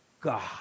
God